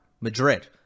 Madrid